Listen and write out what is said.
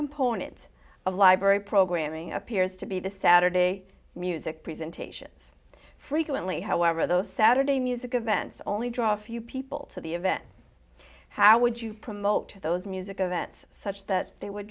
component of library programming appears to be the saturday music presentations frequently however those saturday music events only draw few people to the event how would you promote those music events such that they would